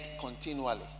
continually